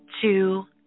two